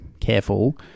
careful